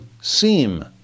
seem